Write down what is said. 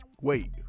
Wait